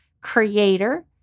creator